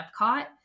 Epcot